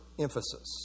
emphasis